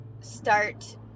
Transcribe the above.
start